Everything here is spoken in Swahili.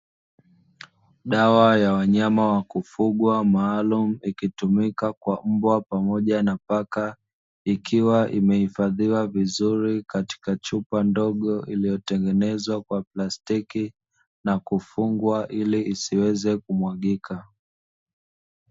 Dawa ya wanyama wa kufugwa maalumu ikitumika kwa mbwa pamoja na paka ikiwa imehifadhiwa vizuri katika chupa ndogo iliyotengenezwa kwa plastiki na kufungwa ili isiweze kumwagila.